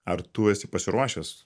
ar tu esi pasiruošęs